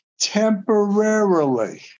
temporarily